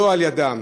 לא על-ידיהם.